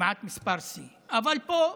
כמעט מספר שיא, אבל פה,